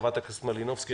חברת הכנסת מלינובסקי,